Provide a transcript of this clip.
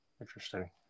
Interesting